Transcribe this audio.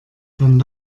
dann